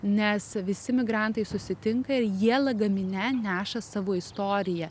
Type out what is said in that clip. nes visi migrantai susitinka ir jie lagamine neša savo istoriją